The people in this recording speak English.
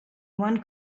one